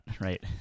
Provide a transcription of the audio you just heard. right